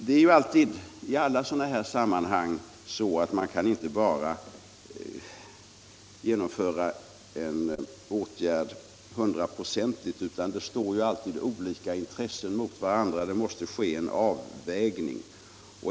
Det är alltid i sådana här sammanhang så att en åtgärd inte kan genomföras hundraprocentigt, utan olika intressen står alltid emot varandra. Det måste ske en avvägning.